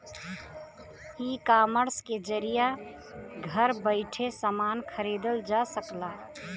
ecommerce के जरिये घर बैइठे समान खरीदल जा सकला